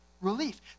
relief